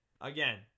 again